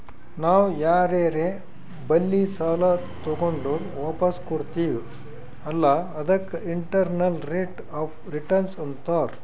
ನಾವ್ ಯಾರರೆ ಬಲ್ಲಿ ಸಾಲಾ ತಗೊಂಡುರ್ ವಾಪಸ್ ಕೊಡ್ತಿವ್ ಅಲ್ಲಾ ಅದಕ್ಕ ಇಂಟರ್ನಲ್ ರೇಟ್ ಆಫ್ ರಿಟರ್ನ್ ಅಂತಾರ್